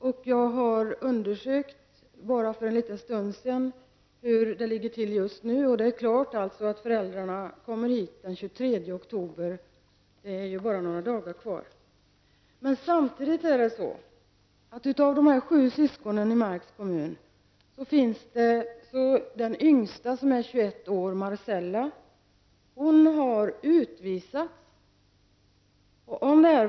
Bara för en liten stund sedan undersökte jag hur det ligger till just nu. Det är alltså klart att föräldrarna kommer hit den 23 oktober, och det är bara några dagar kvar dit. Marcella som är 21 år, har utvisats.